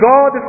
God